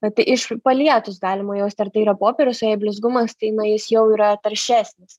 kad iš palietus galima jaust ar tai yra popierius o jei blizgumas tai na jis jau yra taršesnis